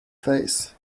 face